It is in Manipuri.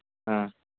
ꯑ